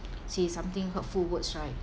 say something hurtful words right